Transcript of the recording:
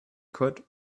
could